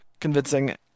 convincing